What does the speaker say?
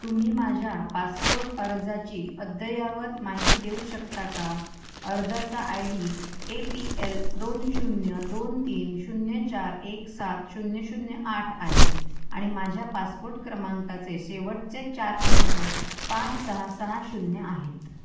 तुम्ही माझ्या पासपोट अर्जाची अद्ययावत माहिती देऊ शकता का अर्जाचा I D A P L दोन शून्य दोन तीन शून्य चार एक सात शून्य शून्य आठ आहे आणि माझ्या पासपोट क्रमांकाचे शेवटचे चार अंक पाच सहा सहा शून्य आहेत